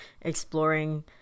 exploring